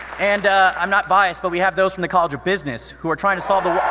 and i'm not biased, but we have those from the college of business, who are trying to solve the